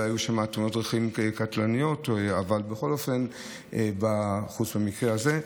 לא היו שם תאונות דרכים קטלניות חוץ מהמקרה הזה,